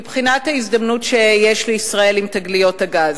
מבחינת ההזדמנות שיש לישראל עם תגליות הגז.